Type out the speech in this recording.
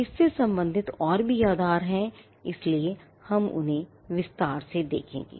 इससे सम्बंधित और आधार भी हैं इसलिए हम उन्हें विस्तार से देखेंगे